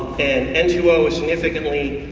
and n two o is significantly